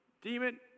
demon